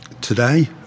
Today